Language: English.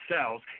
cells